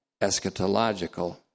eschatological